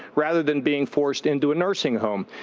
rather than being forced into a nursing home.